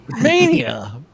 Mania